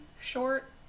short